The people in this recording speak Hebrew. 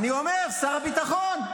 אני אומר: שר הביטחון.